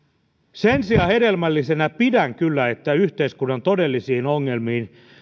sen sijaan hedelmällisenä pidän kyllä sitä että yhteiskunnan todellisiin ongelmiin